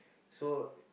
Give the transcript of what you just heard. so